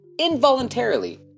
involuntarily